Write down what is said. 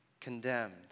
condemned